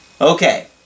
Okay